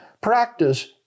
practice